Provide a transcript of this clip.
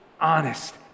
honest